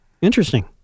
Interesting